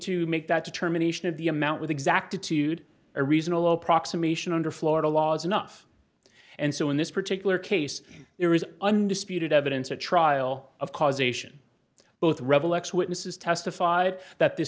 to make that determination of the amount with exactitude a reasonable approximation under florida law is enough and so in this particular case there is undisputed evidence at trial of causation both revel x witnesses testified that th